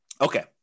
Okay